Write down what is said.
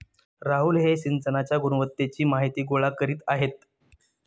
राहुल हे सिंचनाच्या गुणवत्तेची माहिती गोळा करीत आहेत